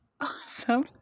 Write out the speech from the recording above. awesome